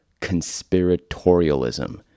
conspiratorialism